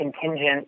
contingent